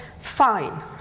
fine